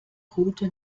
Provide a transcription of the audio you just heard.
route